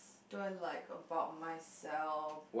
what do I like about myself